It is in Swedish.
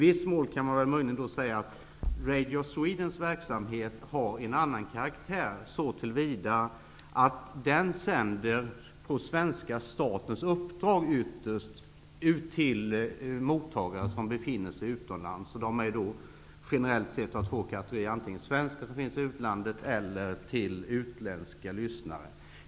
Möjligen kan man säga att Radio Swedens verksamhet har en annan karaktär så till vida att Radio Sweden sänder till mottagare som befinner sig utomlands, ytterst på svenska statens uppdrag. De är då generellt sett av två kategorier; antingen är de svenskar som befinner sig i utlandet eller också är de utländska lyssnare.